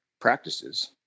practices